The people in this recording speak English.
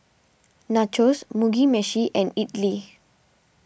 Nachos Mugi Meshi and Idili